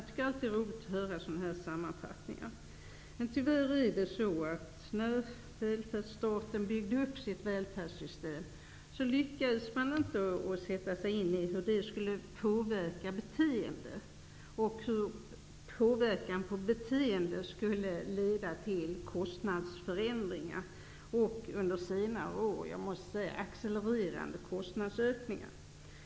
Det är alltid roligt att höra sådana sammanfattningar, men när staten byggde upp sitt välfärdssystem lyckades man tyvärr inte sätta sig in i hur det skulle påverka beteendet och hur denna påverkan skulle leda till kostnadsförändringar och under senare år till accelererande kostnadsökningar.